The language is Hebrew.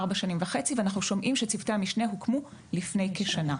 ארבע שנים וחצי ואנחנו שומעים שצוותי המשנה הוקמו לפני כשנה.